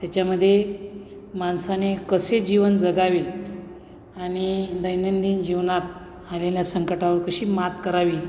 त्याच्यामध्ये माणसाने कसे जीवन जगावे आणि दैनंदिन जीवनात आलेल्या संकटावर कशी मात करावी